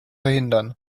verhindern